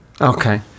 Okay